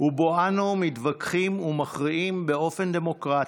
ובו אנו מתווכחים ומכריעים באופן דמוקרטי.